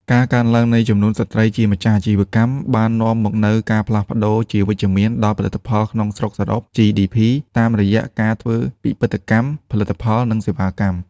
ការកើនឡើងនៃចំនួនស្ត្រីជាម្ចាស់អាជីវកម្ម បាននាំមកនូវការផ្លាស់ប្តូរជាវិជ្ជមានដល់ផលិតផលក្នុងស្រុកសរុប GDP តាមរយៈការធ្វើពិពិធកម្មផលិតផល និងសេវាកម្ម។